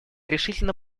решительно